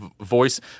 voice